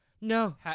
no